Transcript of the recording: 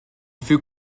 fut